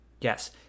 Yes